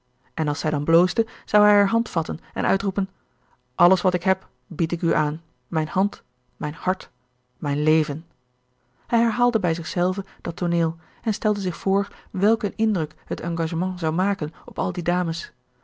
en als zij dan bloosde zou hij haar hand vatten en uitroepen alles wat ik heb bied ik u aan mijn hand mijn hart mijn leven hij herhaalde bij zich zelven dat tooneel en stelde zich gerard keller het testament van mevrouw de tonnette voor welk een indruk het engagement zou maken op al die dames